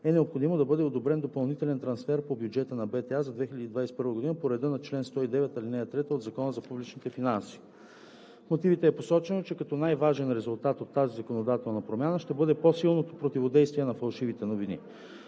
е необходимо да бъде одобрен допълнителен трансфер по бюджета на БТА за 2021 г. по реда на чл. 109, ал. 3 от Закона за публичните финанси. В мотивите е посочено, че като най-важен резултат от тази законодателна промяна ще бъде по-силното противодействие на фалшивите новини.